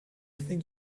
think